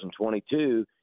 2022